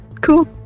Cool